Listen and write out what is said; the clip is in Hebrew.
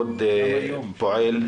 עוד פועל.